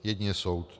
Jedině soud!